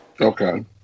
Okay